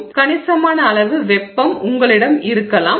கணிசமான அளவு வெப்பம் சூடேற்றம் உங்களிடம் இருக்கலாம்